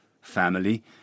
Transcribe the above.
family